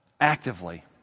Actively